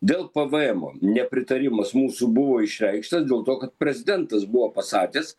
dėl pvm o nepritarimas mūsų buvo išreikštas dėl to kad prezidentas buvo pasakęs